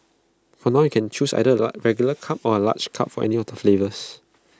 for now you can choose either A regular cup or A large cup for any of the flavours